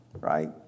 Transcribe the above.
right